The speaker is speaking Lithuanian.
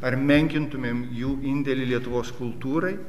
ar menkintumėm jų indėlį lietuvos kultūrai